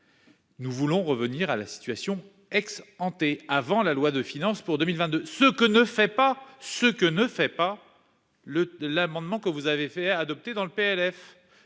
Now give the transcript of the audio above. Nous souhaitons revenir à la situation qui prévalait avant la loi de finances pour 2022, ce que ne permet pas l'amendement que vous avez fait adopter dans le PLF.